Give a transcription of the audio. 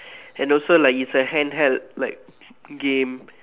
and also like it's a handheld like game